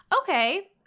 Okay